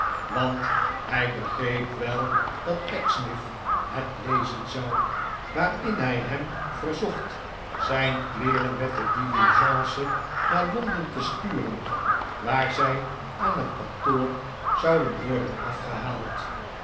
want hij begreep wel dat pecksniff het lezen zou waarin hij hem verzocht v zijn kleeren met de diligence naar londen te sturen waar zij aan het kantoor zouden worden afgehaald